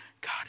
God